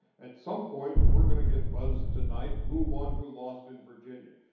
at some point we're going to get buzzed tonight who won, who lost in virginia.